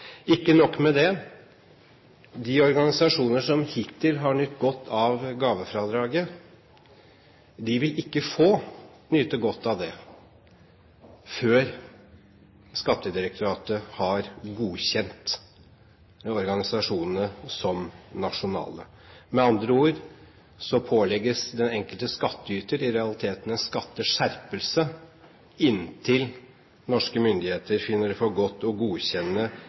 Ikke nok med det, de organisasjoner som hittil har nytt godt av gavefradraget, vil ikke få nyte godt av det før Skattedirektoratet har godkjent organisasjonene som nasjonale. Med andre ord pålegges den enkelte skattyter i realiteten en skatteskjerpelse inntil norske myndigheter finner det for godt å godkjenne